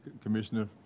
Commissioner